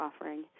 offering